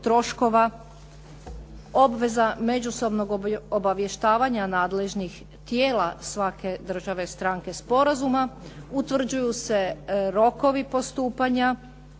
troškova, obveza međusobnog obavještavanja nadležnih tijela svake države stranke sporazuma, utvrđuju se rokovi postupanja